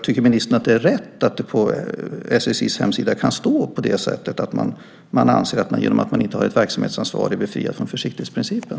Tycker ministern att det är rätt att det på SSI:s hemsida kan stå på det sättet, nämligen att man anser att man, genom att man inte har ett verksamhetsansvar, är befriad från försiktighetsprincipen?